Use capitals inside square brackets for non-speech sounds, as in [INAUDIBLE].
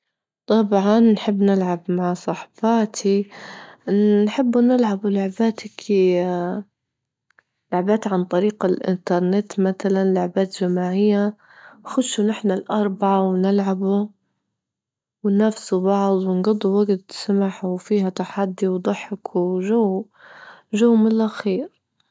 طبعا نحب نلعب مع صحباتي، نحبوا نلعبوا لعبات هيكي [HESITATION] لعبات عن طريق الإنترنت مثلا لعبات جماعية، نخشوا نحنا الأربعة ونلعبوا وننافسوا بعض، ونجضوا وجت سمح، وفيها تحدي وضحك، وجو- جو من الأخير.